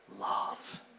love